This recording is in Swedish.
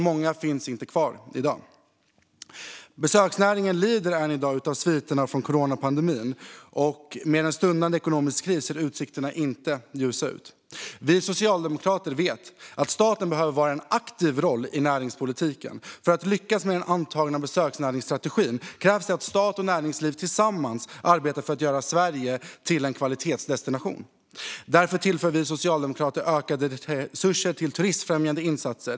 Många finns dock inte kvar i dag. Besöksnäringen lider än i dag av sviterna från coronapandemin, och med en stundande ekonomisk kris ser utsikterna inte ljusa ut. Vi socialdemokrater vet att staten behöver spela en aktiv roll i näringspolitiken. För att lyckas med den antagna besöksnäringsstrategin krävs det att stat och näringsliv tillsammans arbetar för att göra Sverige till en kvalitetsdestination. Därför tillför vi socialdemokrater ökade resurser till turistfrämjande insatser.